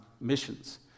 missions